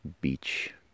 beach